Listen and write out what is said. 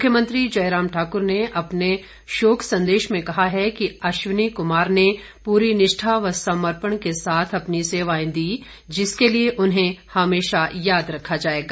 मुख्यमंत्री जयराम ठाकर ने अपने शोक संदेश में कहा है कि अश्विन कमार ने पूरी निष्ठा व समर्पण के साथ अपनी सेवा दी जिसके लिए उन्हें हमेशा याद रखा जाएगा